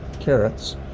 carrots